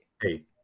hey